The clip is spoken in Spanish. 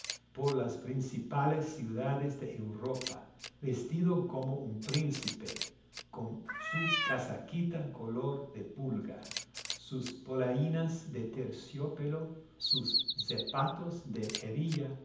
por las principales ciudades de europa vestido como un príncipe con su casaquita color de pulga sus polainas de terciopelo sus zapatos de hebilla